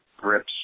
grips